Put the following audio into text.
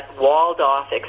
walled-off